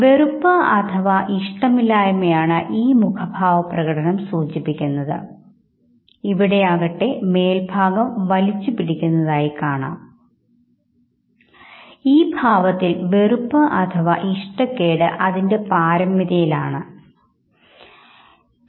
പാരിസ്ഥിതിക സൂചികകൾ സാമൂഹിക രാഷ്ട്രീയ സൂചികകൾ മാനസിക സവിശേഷതകൾ അതായത് വികാരത്തിൻറെ മൂന്നുതരത്തിലുള്ള മുൻകാല സ്വാധീനങ്ങളിൽ പാരിസ്ഥിതിക ഘടകങ്ങളും സാമൂഹിക രാഷ്ട്രീയ ഘടകങ്ങളും മാനസികം ആയിട്ടുള്ള സവിശേഷതകളും ഉൾച്ചേർന്നിരിക്കുന്നു എന്ന് മനസ്സിലാക്കാൻ കഴിയും